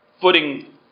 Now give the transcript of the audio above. footing